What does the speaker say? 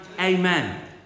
amen